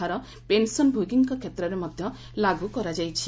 ହାର ପେନସନ୍ଭୋଗୀଙ୍କ କ୍ଷେତ୍ରରେ ମଧ୍ୟ ଲାଗ୍ର ହୋଇଛି